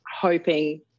hoping